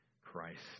Christ